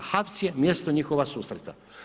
HAVC je mjesto njihova susreta.